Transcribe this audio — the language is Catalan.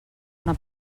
una